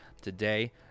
today